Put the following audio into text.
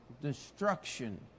destruction